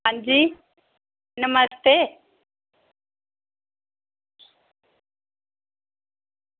हां जी नमस्ते